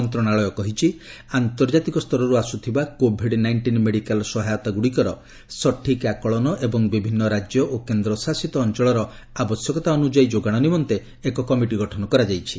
ମନ୍ତ୍ରଣାଳୟ କହିଛି ଆନ୍ତର୍ଜାତିକ ସ୍ତରରୁ ଆସୁଥିବା କୋଭିଡ୍ ନାଇଷ୍ଟିନ୍ ମେଡିକାଲ୍ ସହାୟତା ଗୁଡ଼ିକର ସଠିକ ଆକଳନ ଏବଂ ବିଭିନ୍ନ ରାଜ୍ୟ ଓ କେନ୍ଦ୍ରଶାସିତ ଅଞ୍ଚଳର ଆବଶ୍ୟକତା ଅନୁଯାୟୀ ଯୋଗାଣ ନିମନ୍ତେ କମିଟି ଗଠନ କରାଯାଇଛି